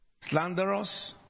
Slanderous